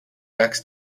max